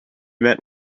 met